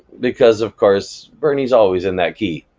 because of course bernie's always in that key.